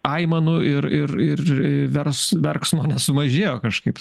aimanų ir ir ir ver verksmo nesumažėjo kažkaip